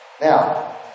Now